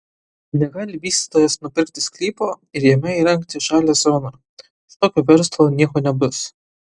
negali vystytojas nupirkti sklypo ir jame įrengti žalią zoną iš tokio verslo nieko nebus